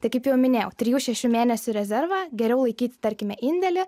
tai kaip jau minėjau trijų šešių mėnesių rezerve geriau laikyti tarkime indėlį